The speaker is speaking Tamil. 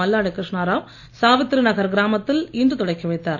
மல்லாடி கிருஷ்ணராவ் சாவித்ரி நகர் கிராமத்தில் இன்று தொடக்கி வைத்தார்